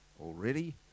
already